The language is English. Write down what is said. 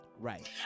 Right